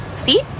See